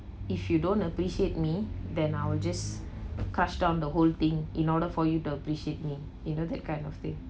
if you don't appreciate me then I will just crush down the whole thing in order for you to appreciate me you know that kind of thing